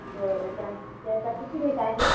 बरं त्यां त्याचा किती रेट आहे